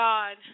God